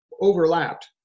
overlapped